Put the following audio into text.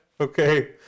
Okay